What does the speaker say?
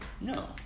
No